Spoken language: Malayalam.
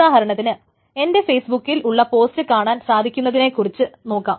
ഉദാഹരണത്തിന് എൻറെ ഫേസ്ബുക്കിൽ ഉള്ള പോസ്റ്റ് കാണാൻ സാധിക്കുന്നതിനെക്കുറിച്ച് നോക്കാം